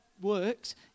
works